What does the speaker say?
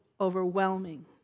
overwhelming